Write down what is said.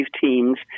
teams